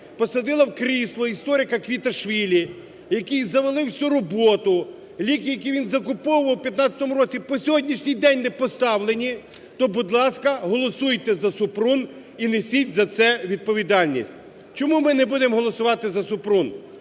посадила в крісло історика Квіташвілі, який завалив всю роботу, ліки, які він закуповував в 2015 році по сьогоднішній день не поставлені, то, будь ласка, голосуйте за Супрун і несіть за це відповідальність. Чому ми не будемо голосувати за Супрун.